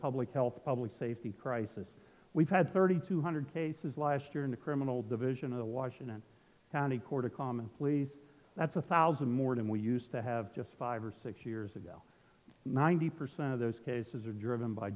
public health public safety crisis we've had thirty two hundred cases last year in the criminal division of the washington county court of common pleas that's a thousand more than we used to have just five or six years ago ninety percent of those cases are driven by